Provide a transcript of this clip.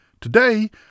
today